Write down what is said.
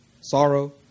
sorrow